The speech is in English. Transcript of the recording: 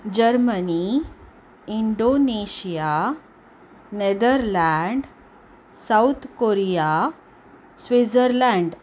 Germany Indonesia Netherlands South Korea Switzerland